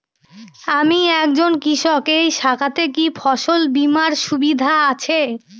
আমি একজন কৃষক এই শাখাতে কি ফসল বীমার সুবিধা আছে?